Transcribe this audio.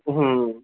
হুম